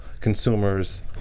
consumers